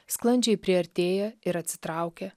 sklandžiai priartėja ir atsitraukia